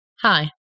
Hi